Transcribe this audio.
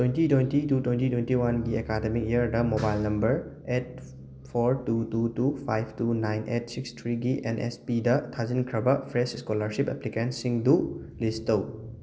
twenty twenty two twenty twenty ꯋꯥꯟꯒꯤ academic ꯏꯌꯔꯗ mobile number eight four two two two five two nine eight six ꯊ꯭ꯔꯤꯒꯤ N S ꯄꯤꯗ ꯊꯥꯖꯤꯟꯈ꯭ꯔꯕ fresh scholarship applicant ꯁꯤꯡꯗꯨ ꯂꯤꯁ ꯇꯧ